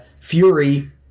Fury